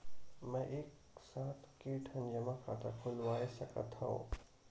मैं एक साथ के ठन जमा खाता खुलवाय सकथव?